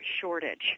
shortage